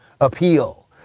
appeal